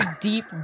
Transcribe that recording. deep